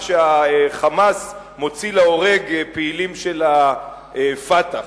שה"חמאס" מוציא להורג פעילים של ה"פתח",